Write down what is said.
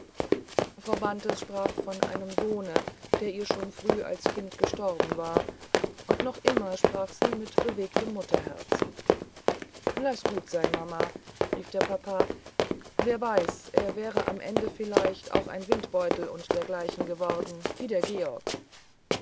frau bantes sprach von einem sohne der ihr schon als kind früh verstorben war und noch immer sprach sie mit bewegtem mutterherzen laß gut sein mama rief der papa wer weiß er wäre am ende vielleicht auch ein windbeutel und dergleichen geworden wie der georg